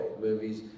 Movies